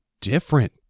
different